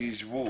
שישבו